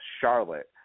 Charlotte